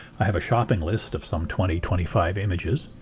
i have a shopping list of some twenty twenty five images.